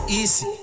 easy